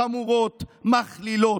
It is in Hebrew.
חמורות, מכלילות.